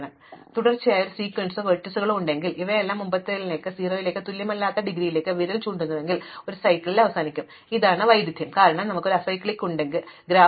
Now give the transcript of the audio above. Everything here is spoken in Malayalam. അതിനാൽ എനിക്ക് തുടർച്ചയായ ഒരു സീക്വൻസോ വെർട്ടീസുകളോ ഉണ്ടെങ്കിൽ ഇവയെല്ലാം മുമ്പത്തേതിലേക്ക് 0 ന് തുല്യമല്ലാത്ത ഡിഗ്രിയിലേക്ക് വിരൽ ചൂണ്ടുന്നുവെങ്കിൽ ഞാൻ ഒരു സൈക്കിളിൽ അവസാനിക്കും പക്ഷേ ഇതാണ് വൈരുദ്ധ്യം കാരണം ഞങ്ങൾക്ക് ഒരു അസൈക്ലിക്ക് ഉണ്ട് ഗ്രാഫ്